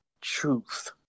truth